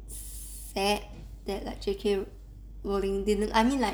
sad that like J_K rowling didn't I mean like